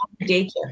daycare